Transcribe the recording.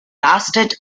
lasted